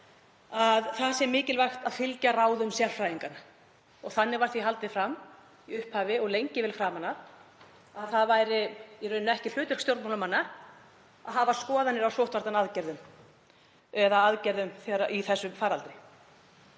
að mikilvægt sé að fylgja ráðum sérfræðinga. Þannig var því haldið fram í upphafi og lengi vel framan af að það væri í raun ekki hlutverk stjórnmálamanna að hafa skoðanir á sóttvarnaaðgerðum eða aðgerðum í þessum faraldri.